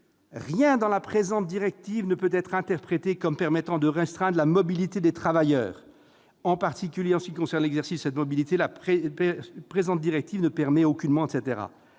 « rien dans la présente directive ne peut être interprété comme permettant de restreindre la mobilité des travailleurs. En particulier, en ce qui concerne l'exercice de cette mobilité, la présente directive ne permet aucunement [...]